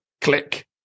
Click